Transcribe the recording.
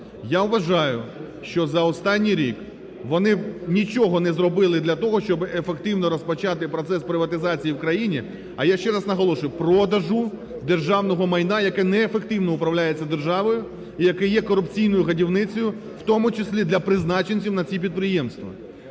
Я вважаю, що за останній рік вони нічого не зробили для того, щоб ефективно розпочати процес приватизації в країні, а я ще раз наголошую, продажу державного майна, яке неефективно управляється держаною і яке є корупційною годівницею, у тому числі для призначенців на ці підприємства.